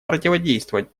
противодействовать